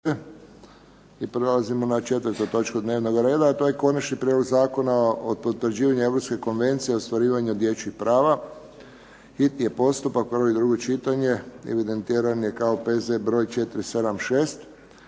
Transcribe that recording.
I prelazimo na 4. točku dnevnoga reda, a to je –- Konačni prijedlog Zakona o potvrđivanju Europske konvencije o ostvarivanju dječjih prava, hitni postupak, prvo i drugo čitanje, P.Z. br. 476